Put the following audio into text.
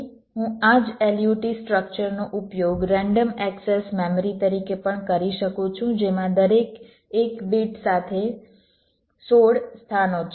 તેથી હું આ જ LUT સ્ટ્રક્ચર નો ઉપયોગ રેન્ડમ એક્સેસ મેમરી તરીકે પણ કરી શકું છું જેમાં દરેક એક બીટ સાથે 16 સ્થાનો છે